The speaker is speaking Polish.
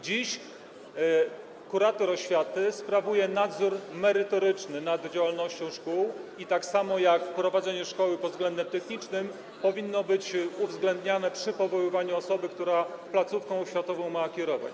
Dziś kurator oświaty sprawuje nadzór merytoryczny nad działalnością szkół i tak samo prowadzenie szkoły pod względem technicznym powinno być uwzględniane przy powoływaniu osoby, która placówką oświatową ma kierować.